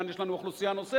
כאן יש לנו אוכלוסייה נוספת,